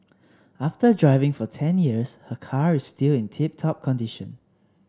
after driving for ten years her car is still in tip top condition